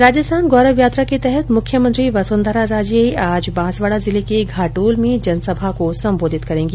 राजस्थान गौरव यात्रा के तहत मुख्यमंत्री वसुंधरा राजे आज बांसवाडा जिले के घाटोल में जनसभा को संबोधित करेंगी